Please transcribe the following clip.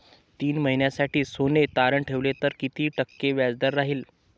तीन महिन्यासाठी सोने तारण ठेवले तर किती टक्के व्याजदर राहिल?